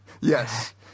Yes